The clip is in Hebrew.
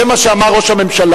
זה מה שאמר ראש הממשלה.